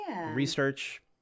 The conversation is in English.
research